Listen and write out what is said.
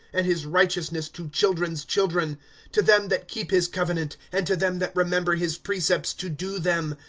and his righteousness to children's children to them that keep his covenant. and to them that remember his precepts to do them.